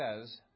says